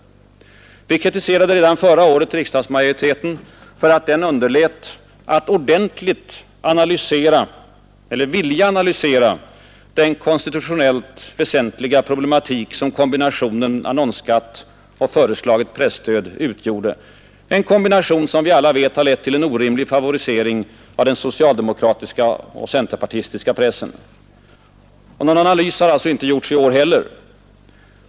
Vi kritiserade redan förra året riksdagsmajoriteten för dess underlåtenhet att ordentligt vilja analysera den konstitutionellt väsentliga problematik som kombinationen annonsskatt och föreslaget presstöd utgjorde, en kombination vilken, som vi alla vet, lett till en helt orimlig favorisering av den socialdemokratiska och centerpartistiska pressen. Någon analys har alltså inte gjorts i år heller.